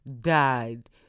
died